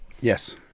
Yes